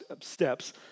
steps